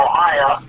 Ohio